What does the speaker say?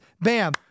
bam